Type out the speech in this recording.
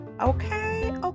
Okay